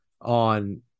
on